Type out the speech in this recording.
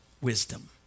wisdom